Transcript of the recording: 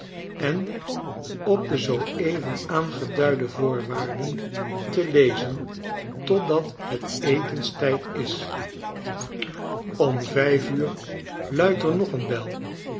en op de zoo even aangeduide voorwaarden te lezen totdat het etenstijd is om vijf uur luidt er nog een bel